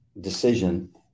decision